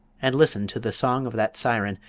and listen to the song of that siren,